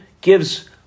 gives